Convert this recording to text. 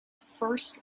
first